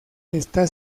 está